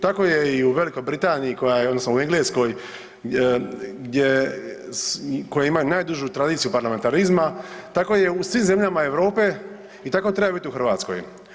Tako je i u Velikoj Britaniji koja je, odnosno u Engleskoj gdje, koji imaju najdužu tradiciju parlamentarizma, tako je u svim zemljama Europe i tako treba biti u Hrvatskoj.